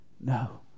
No